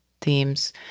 themes